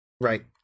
Right